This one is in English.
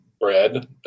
bread